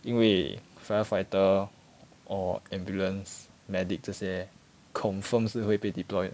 因为 firefighter or ambulance medic 这些 confirm 是会被 deployed